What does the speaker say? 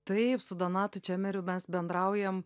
taip su donatu čemeriu mes bendraujam